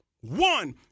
one